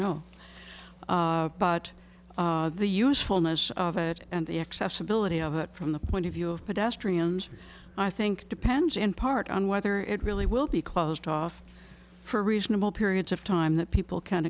know but the usefulness of it and the accessibility of it from the point of view of pedestrians i think depends in part on whether it really will be closed off for reasonable periods of time that people can